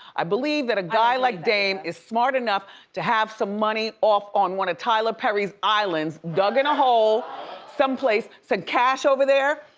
i believe that a guy like dame is smart enough to have some money off on one of tyler perry's islands, dug in a hole someplace, some cash over there.